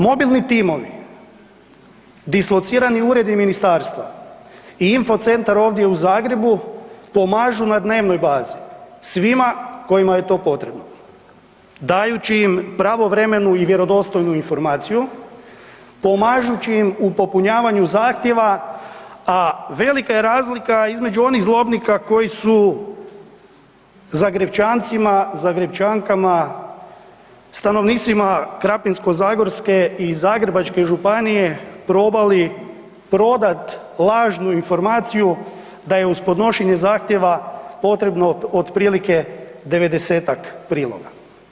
Mobilni timovi, dislocirani uredi Ministarstva i infocentar ovdje u Zagrebu pomažu na dnevnoj bazi svima kojima je to potrebno dajući im pravovremenu i vjerodostojnu informaciju, pomažući im u popunjavaju zahtjeva, a velika je razlika između onih zlobnika koji su Zagrepčancima, Zagrepčankama, stanovnicima Krapinsko-zagorske i Zagrebačke županije probali prodati lažnu informaciju da je uz podnošenje zahtjeva potrebno otprilike 90-tak priloga.